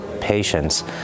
patients